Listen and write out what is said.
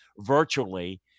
virtually